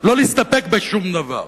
לא להסתפק בשום דבר.